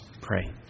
pray